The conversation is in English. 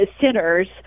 sinners